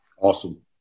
awesome